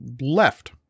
left